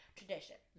tradition